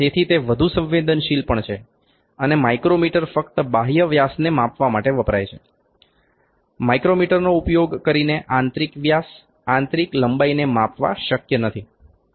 તેથી તે વધુ સંવેદનશીલ પણ છે અને માઇક્રોમીટર ફક્ત બાહ્ય વ્યાસને માપવા માટે વપરાય છે માઇક્રોમીટરનો ઉપયોગ કરીને આંતરિક વ્યાસ આંતરિક લંબાઈને માપવા શક્ય નથી